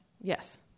Yes